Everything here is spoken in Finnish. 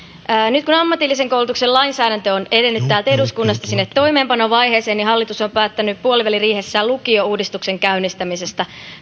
nyt kun ammatillisen koulutuksen lainsäädäntö on edennyt täältä eduskunnasta sinne toimeenpanovaiheeseen niin hallitus on päättänyt puoliväliriihessä lukiouudistuksen käynnistämisestä